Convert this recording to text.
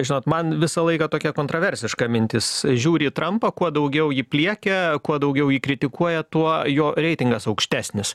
žinot man visą laiką tokia kontroversiška mintis žiūri į trampą kuo daugiau jį pliekia kuo daugiau jį kritikuoja tuo jo reitingas aukštesnis